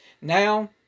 Now